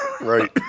Right